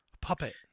Puppet